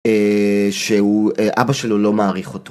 אהה שהוא אבא שלו לא מעריך אותו